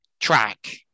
track